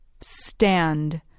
stand